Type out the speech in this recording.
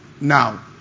Now